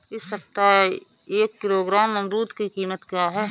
इस सप्ताह एक किलोग्राम अमरूद की कीमत क्या है?